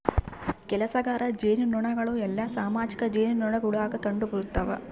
ಕೆಲಸಗಾರ ಜೇನುನೊಣಗಳು ಎಲ್ಲಾ ಸಾಮಾಜಿಕ ಜೇನುನೊಣಗುಳಾಗ ಕಂಡುಬರುತವ